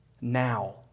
now